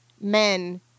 men